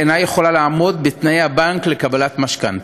אינה יכולה לעמוד בתנאי הבנק לקבלת משכנתה.